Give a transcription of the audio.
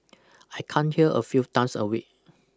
I come here a few times a week